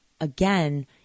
Again